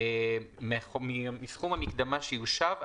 מסכום המקדמה שיושב,